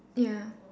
ya